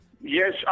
Yes